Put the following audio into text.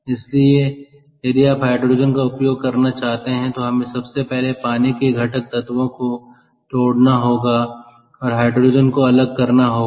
इसलिए यदि आप हाइड्रोजन का उपयोग करना चाहते हैं तो हमें सबसे पहले पानी के घटक तत्वों को तोड़ना होगा और हाइड्रोजन को अलग करना होगा